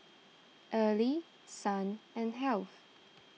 Early Son and Heath